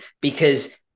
because-